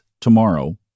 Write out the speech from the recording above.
tomorrow